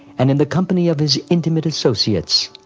and in the company of his intimate associates.